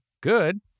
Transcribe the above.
good